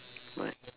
what